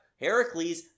Heracles